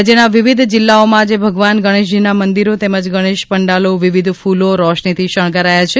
રાજ્યના વિવિધ જિલ્લાઓમાં આજે ભગવાન ગણેશજીના મંદિરો તેમજ ગણેશ પંડાલો વિવિધ ફૂલો રોશનીથી શણગારાયા છે